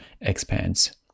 expands